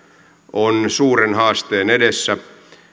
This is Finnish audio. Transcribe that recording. on suuren haasteen edessä